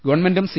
ഗവൺമെന്റും സി